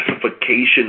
classification